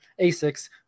ASICs